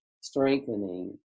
strengthening